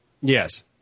Yes